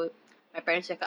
mmhmm